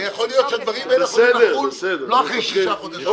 ויכול להיות שהדברים האלה יכולים לחול לא בעוד שישה חודשים.